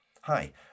Hi